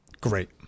great